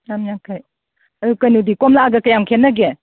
ꯆꯥꯝ ꯌꯥꯡꯈꯩ ꯑꯗꯣ ꯀꯩꯅꯣꯗꯤ ꯀꯣꯝꯂꯥꯒ ꯀꯌꯥꯝ ꯈꯦꯠꯅꯒꯦ